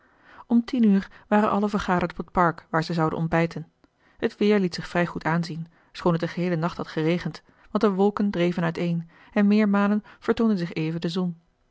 om tien uur waren allen vergaderd op het park waar zij zouden ontbijten het weer liet zich vrij goed aanzien schoon het den geheelen nacht had geregend want de wolken dreven uiteen en meermalen vertoonde zich even de zon